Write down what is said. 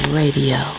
radio